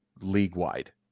league-wide